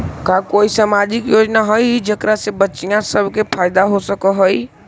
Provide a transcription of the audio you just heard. का कोई सामाजिक योजना हई जेकरा से बच्चियाँ सब के फायदा हो सक हई?